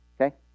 Okay